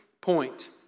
point